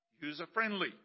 user-friendly